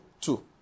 two